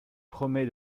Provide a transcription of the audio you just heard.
promet